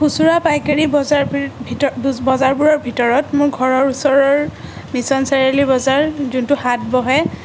খুচুৰা পাইকাৰী বজাৰবিৰ ভিতৰ বজ বজাৰবোৰৰ ভিতৰত মোৰ ঘৰৰ ওচৰৰ মিছন চাৰিআলি বজাৰ যোনটো হাট বহে